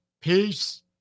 Peace